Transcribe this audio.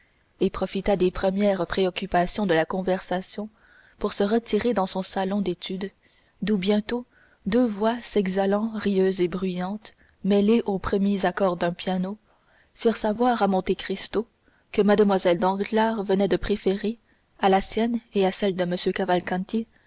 et profita des premières préoccupations de la conversation pour se retirer dans son salon d'études d'où bientôt deux voix s'exhalant rieuses et bruyantes mêlées aux premiers accords d'un piano firent savoir à monte cristo que mlle danglars venait de préférer à la sienne et à celle de